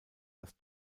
das